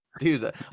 Dude